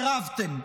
סירבתם,